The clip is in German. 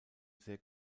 sehr